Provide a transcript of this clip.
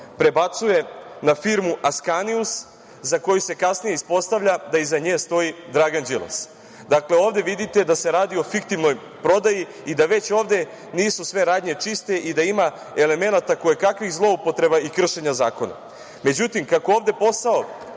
prebacuje na firmu „Askanius“ za koju se kasnije ispostavlja da iza nje stoji Dragan Đilas. Dakle, ovde vidite da se radi o fiktivnoj prodaji i da već ovde nisu sve radnje čiste i da ima elemenata kojekakvih zloupotreba i kršenja zakona.Međutim, kako ovde posao